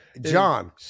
John